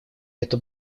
это